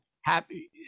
happy